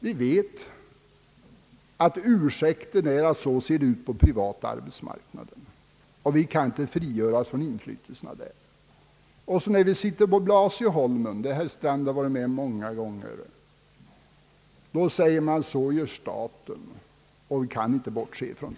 Vi vet att ursäkten är att det ser ut på det sättet på den privata arbetsmarknaden och att vi inte kan frigöra oss från inflytelserna därifrån. När man sitter i förhandlingar på Blasieholmen, där herr Strand varit med många gånger, sägs ofta att staten gör på det sättet och att man inte kan bortse därifrån.